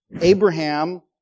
Abraham